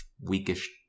weakish